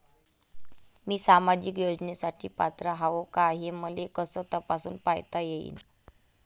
मी सामाजिक योजनेसाठी पात्र आहो का, हे मले कस तपासून पायता येईन?